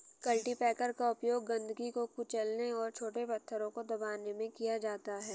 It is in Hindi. कल्टीपैकर का उपयोग गंदगी को कुचलने और छोटे पत्थरों को दबाने में किया जाता है